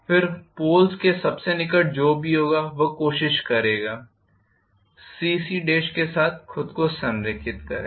फिर पोल्स के सबसे निकट जो भी होगा वह कोशिश करेगा C और C के साथ खुद को संरेखित करें